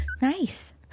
nice